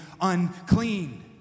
unclean